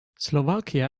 slovakia